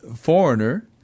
foreigner